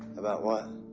about what?